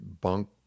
bunk